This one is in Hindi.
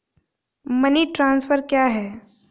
मनी ट्रांसफर क्या है?